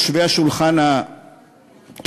יושבי השולחן הקדמי,